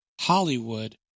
Hollywood